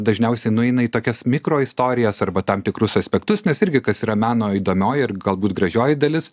dažniausiai nueina į tokias mikro istorijas arba tam tikrus aspektus nes irgi kas yra meno įdomioji ir galbūt gražioji dalis